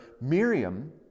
Miriam